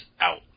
out